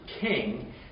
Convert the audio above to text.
king